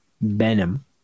Benham